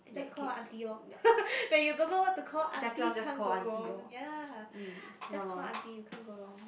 just call her aunty lor like you don't know what to call aunty can't go wrong ya just call aunty you can't go wrong